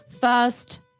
first